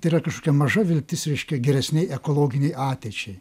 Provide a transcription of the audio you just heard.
tai yra kažkokia maža viltis reiškia geresnei ekologinei ateičiai